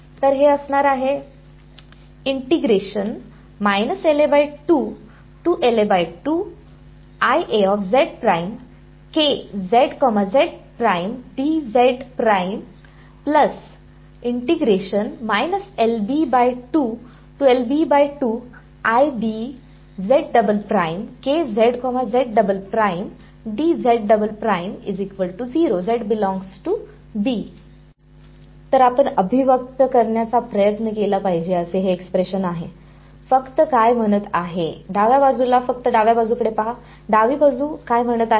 तर हे असणार आहे तर आपण अभिव्यक्त करण्याचा प्रयत्न केला पाहिजे असे हे एक्स्प्रेशन आहे फक्त काय म्हणत आहे डाव्या बाजूला फक्त डाव्या बाजूकडे पहा डावी बाजू काय म्हणत आहे